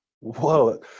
Whoa